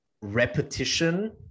repetition